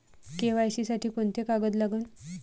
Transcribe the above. KYC साठी कोंते कागद लागन?